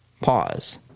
pause